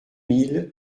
mille